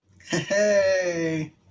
Hey